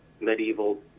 medieval